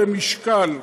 למשקל,